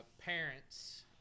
parents